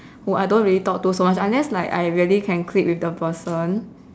who I don't really talk to so much unless like I really can click with the person